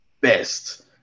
best